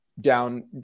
down